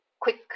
quick